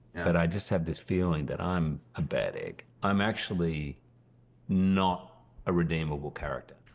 but i just have this feeling that i'm a bad egg. i'm actually not a redeemable character.